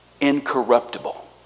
Incorruptible